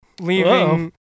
leaving